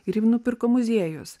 ir jį nupirko muziejus